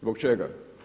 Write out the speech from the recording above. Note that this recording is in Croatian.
Zbog čega?